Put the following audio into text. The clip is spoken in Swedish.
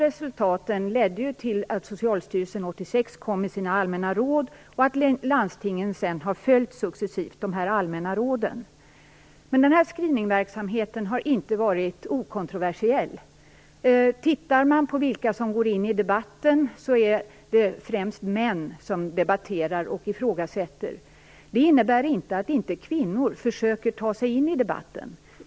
Resultaten ledde till att Socialstyrelsen 1986 kom med sina allmänna råd och att landstingen därefter successivt har följt råden. Men screeningverksamheten har inte varit okontroversiell. Om man ser på vilka som deltar i debatten, finner man att det främst är män som debatterar och ifrågasätter. Det innebär inte att kvinnor inte försöker ta sig in i debatten.